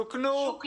"תוקנו",